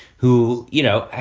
who, you know,